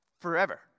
forever